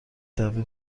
تبدیل